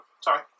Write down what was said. Sorry